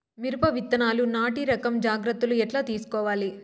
మిరప విత్తనాలు నాటి రకం జాగ్రత్తలు ఎట్లా తీసుకోవాలి?